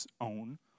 own